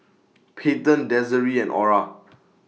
Payton Desiree and Orah